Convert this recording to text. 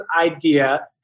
idea